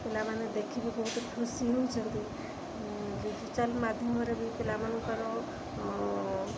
ପିଲାମାନେ ଦେଖି ବି ବହୁତ ଖୁସି ଉଛନ୍ତି ଡିଜିଟାଲ୍ ମାଧ୍ୟମରେ ବି ପିଲାମାନଙ୍କର